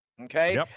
okay